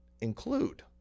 include